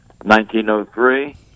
1903